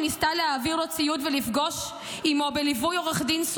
שניסתה להעביר לו ציוד ולפגוש אותו בליווי עורך דין,